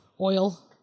oil